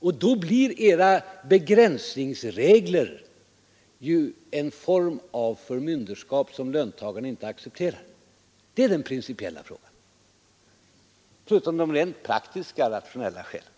och då blir era begränsningslinjer en form av förmynderskap, som löntagarna inte accepterar. Det är skälen i den principiella frågan, förutom de rent praktiska och rationella skälen.